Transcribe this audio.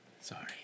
Sorry